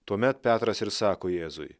tuomet petras ir sako jėzui